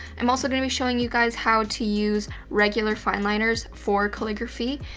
i'm also gonna be showing you guys how to use regular fineliners for calligraphy.